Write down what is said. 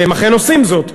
והם אכן עושים זאת,